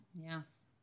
Yes